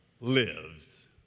lives